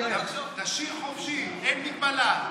ביטון, תשיר חופשי, אין הגבלה.